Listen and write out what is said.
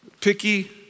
picky